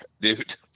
dude